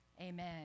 Amen